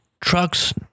Trucks